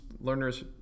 learners